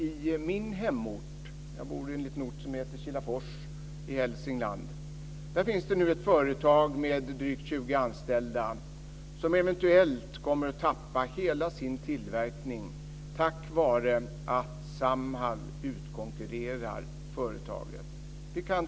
I min hemort, som är en liten ort som heter Kilafors i Hälsingland, finns det ett företag med drygt 20 anställda som nu eventuellt kommer att tappa hela sin tillverkning på grund av att Samhall utkonkurrerar företaget.